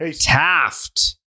Taft